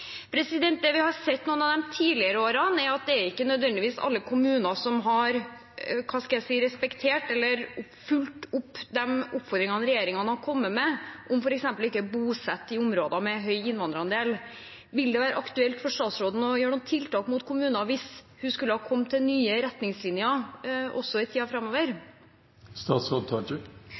Det vi har sett i noen av de tidligere årene, er at det er ikke nødvendigvis alle kommuner som har respektert eller fulgt opp de oppfordringene regjeringen har kommet med, om f.eks. å ikke bosette i områder med høy innvandrerandel. Vil det være aktuelt for statsråden å gjøre noen tiltak mot kommuner hvis hun skulle komme med nye retningslinjer i